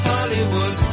Hollywood